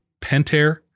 Pentair